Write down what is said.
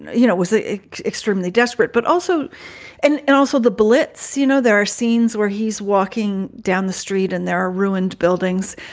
you know, it was extremely desperate, but also and and also the blitz. you know, there are scenes where he's walking down the street and there are ruined buildings.